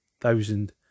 thousand